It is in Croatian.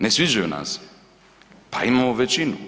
Ne sviđaju nam se, pa imamo većinu.